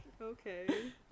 okay